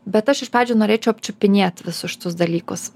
bet aš iš pradžių norėčiau apčiupinėt visus šitus dalykus